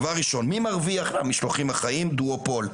דבר ראשון, מי מרוויח מהמשלוחים החיים, דואופול.